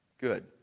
good